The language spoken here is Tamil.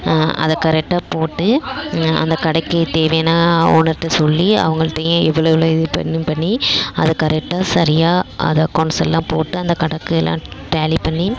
அதைக் கரெக்ட்டாக போட்டு அந்தக் கடைக்குத் தேவைன்னா ஓனர்கிட்ட சொல்லி அவங்கள்ட்டையும் இவ்வளோ இவ்வளோ இது பண்ணனும் பண்ணி அதைக் கரெக்ட்டாக சரியாக அதை அக்கௌண்ட்ஸெல்லாம் போட்டு அந்தக் கணக்கை எல்லாம் டேலி பண்ணி